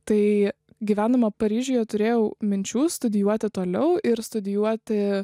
tai gyvenama paryžiuje turėjau minčių studijuoti toliau ir studijuoti